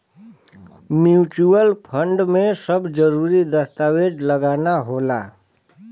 mutual fund में सब जरूरी दस्तावेज लगाना होला